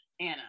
anna